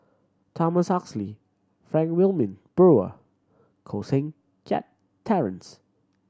Thomas Oxley Frank Wilmin Brewer Koh Seng Kiat Terence